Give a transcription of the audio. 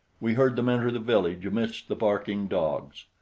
we heard them enter the village amidst the barking dogs.